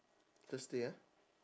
thursday ah